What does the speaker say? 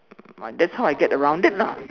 um that's how I get around it lah